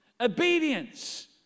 Obedience